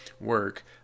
work